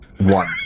One